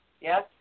yes